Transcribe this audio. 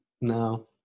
No